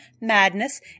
madness